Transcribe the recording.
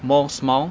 more smile